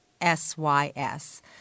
S-Y-S